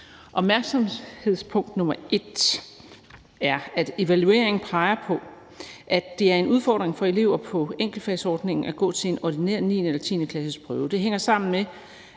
Opmærksomhedspunkt nr. 1 er, at evalueringen peger på, at det er en udfordring for elever på enkeltfagsordningen at gå til en ordinær 9.- eller 10.-klasseprøve.